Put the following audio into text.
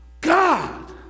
God